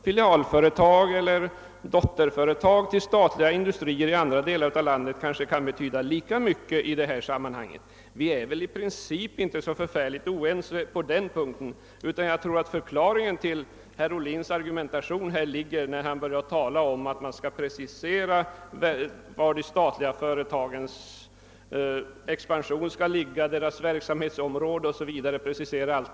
Filialföretag eller dotterföretag till statliga industrier i andra delar av landet kanske kan betyda lika mycket i detta sammanhang. I princip är vi väl inte så förfärligt oense här. Men jag tror att förklaringen till herr Ohlins argumentation ligger i hans tal om att man skall precisera de statliga företagens expansionsplaner, precisera deras verksamhetsområde o.s.v.